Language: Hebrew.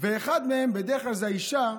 ואחד מהם, בדרך כלל זה האישה,